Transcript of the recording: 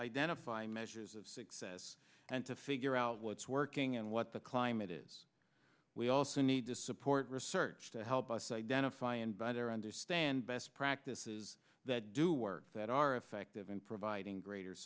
identify measures of success and to figure out what's working and what the climate is we also need to support research to help us identify and by their understand best practices that do work that are effective in providing greater